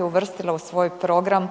uvrstila u svoj program